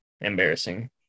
embarrassing